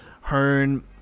Hearn